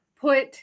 put